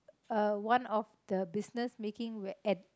uh one of the business making web add